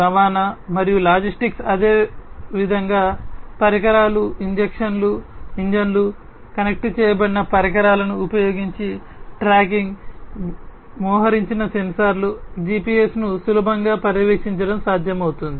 రవాణా మరియు లాజిస్టిక్స్ అదేవిధంగా పరికరాలు ఇంజన్లు కనెక్ట్ చేయబడిన పరికరాలను ఉపయోగించి ట్రాకింగ్ మోహరించిన సెన్సార్లు జిపిఎస్ను సులభంగా పర్యవేక్షించడం సాధ్యపడుతుంది